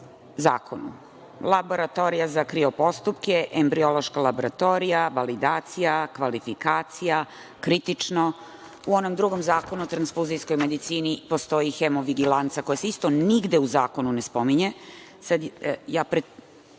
zakonu: laboratorija za krio postupke, embriološka laboratorija, validacija, kvalifikacija, krtično. U onom drugom zakonu o transfuzijskoj medicini postoji: hemovigilanca, koja se isto nigde u zakonu ne spominje. Pretpostavljam